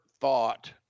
thought